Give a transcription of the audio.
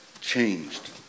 changed